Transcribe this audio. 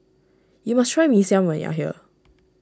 you must try Mee Siam when you are here